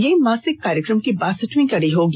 ये मासिक कार्यक्रम की बासठवीं कड़ी होगी